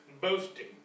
boasting